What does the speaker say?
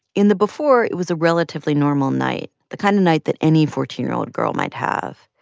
in the before, it was a relatively normal night, the kind of night that any fourteen year old girl might have.